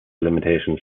limitations